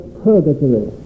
purgatory